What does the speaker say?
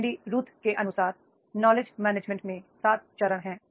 Wendy Ruth के अनुसार knowledge management में 7 चरण हैं